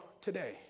today